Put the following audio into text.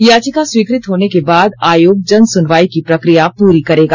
याचिका स्वीकृत होने के बाद आयोग जनसुनवाई की प्रक्रिया पूरी करेगा